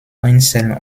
einzeln